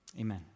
amen